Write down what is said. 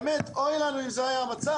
באמת אוי לנו אם זה יהיה המצב.